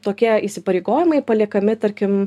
tokie įsipareigojimai paliekami tarkim